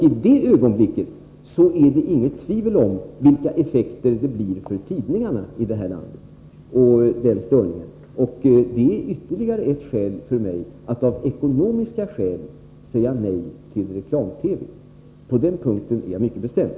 I den stunden är det inget tvivel om vilka effekter det blir för tidningarna i det här landet. Det är ytterligare ett skäl för mig att på ekonomiska grunder säga nej till reklam-TV. På den punkten är jag mycket bestämd.